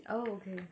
oh okay